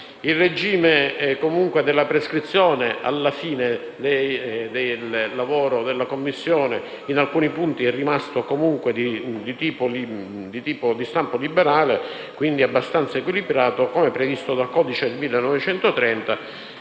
il regime della prescrizione, alla fine del lavoro della Commissione, in alcuni punti è rimasto di stampo liberale e quindi abbastanza equilibrato, come previsto dal codice del 1930,